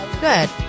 good